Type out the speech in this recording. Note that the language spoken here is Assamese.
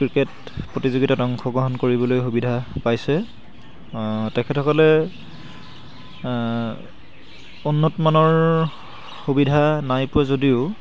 ক্ৰিকেট প্ৰতিযোগিতাত অংশগ্ৰহণ কৰিবলৈ সুবিধা পাইছে তেখেতসকলে উন্নতমানৰ সুবিধা নাই পোৱা যদিও